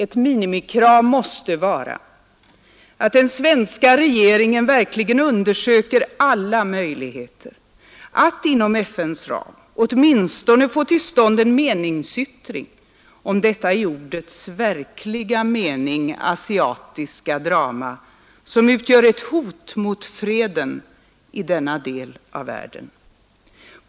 Ett minimikrav måste vara, att den svenska regeringen verkligen undersöker alla möjligheter att inom FN:s ram åtminstone få till stånd en meningsyttring om detta i ordets verkliga mening asiatiska drama, som utgör ett hot mot freden i denna del av världen.